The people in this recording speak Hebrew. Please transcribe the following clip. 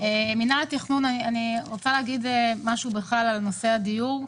מינהל התכנון, אני רוצה להגיד משהו על נושא הדיור,